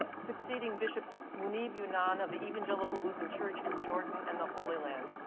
succeeding bishop munib younan of the evangelical lutheran church in jordan and the holy land.